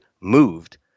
moved